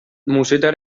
musetta